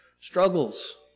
struggles